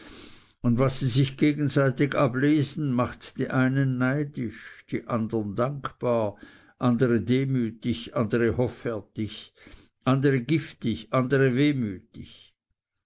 und was sie sich gegenseitig ablesen macht die einen neidisch die andern dankbar andere demütig andere hoffärtig andere giftig andere wehmütig